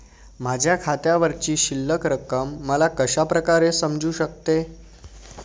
माझ्या खात्यावरची शिल्लक रक्कम मला कशा प्रकारे समजू शकते?